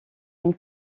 une